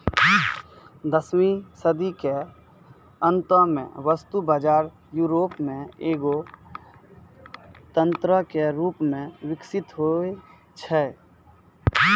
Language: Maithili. दसवीं सदी के अंतो मे वस्तु बजार यूरोपो मे एगो तंत्रो के रूपो मे विकसित होय छलै